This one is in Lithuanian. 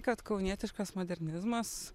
kad kaunietiškas modernizmas